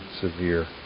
severe